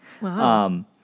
Wow